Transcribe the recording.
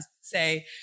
say